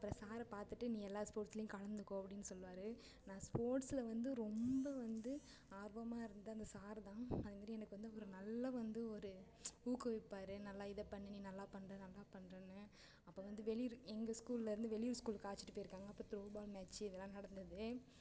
அப்புறம் சாரை பார்த்துட்டு நீ எல்லா ஸ்போர்ட்ஸ்லேயும் கலந்துக்கோ அப்படின்னு சொல்வார் நான் ஸ்போர்ட்சில் வந்து ரொம்ப வந்து ஆர்வமாக இருந்தது அந்த சார் தான் அதேமாரி எனக்கு வந்து ஒரு நல்ல வந்து ஒரு ஊக்குவிப்பார் நல்லா இதைப்பண்ணு நீ நல்லா பண்ணுற நல்லா பண்ணுறேன்னு அப்போ வந்து வெளியூர் எங்கள் ஸ்கூல்லேருந்து வெளியூர் ஸ்கூலுக்கு அழைச்சிட்டு போயிருக்காங்க அப்போ த்ரோபால் மேட்ச் இதெல்லாம் நடந்தது